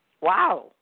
wow